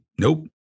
nope